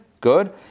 good